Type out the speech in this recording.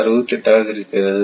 68 ஆக இருக்கின்றது